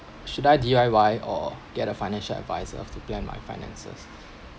should I D_I_Y or get a financial adviser help to plan my finances